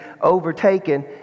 overtaken